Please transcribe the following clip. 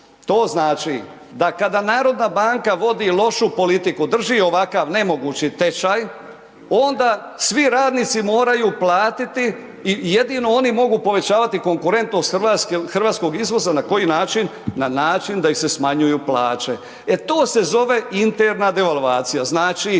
To znači da kada narodna banka vodi lošu politiku, drži ovakav nemogući tečaj, onda svi radnici moraju platiti i jedino oni mogu povećavati konkurentnost hrvatskog izvoza. Na koji način? Na način da im se smanjuju plaće. E to se zove interna devalvacija.